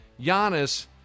Giannis